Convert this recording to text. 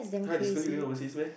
!huh! they scold you during overseas meh